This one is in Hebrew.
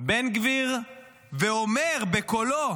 בן גביר ואומר בקולו: